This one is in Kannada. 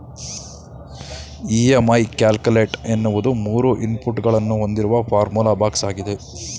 ಇ.ಎಂ.ಐ ಕ್ಯಾಲುಕೇಟ ಎನ್ನುವುದು ಮೂರು ಇನ್ಪುಟ್ ಗಳನ್ನು ಹೊಂದಿರುವ ಫಾರ್ಮುಲಾ ಬಾಕ್ಸ್ ಆಗಿದೆ